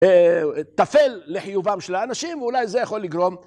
תפל לחיובם של האנשים, ואולי זה יכול לגרום...